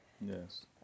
Yes